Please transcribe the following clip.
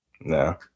No